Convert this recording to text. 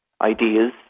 ideas